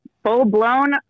Full-blown